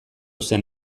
zen